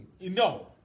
No